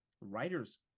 Writers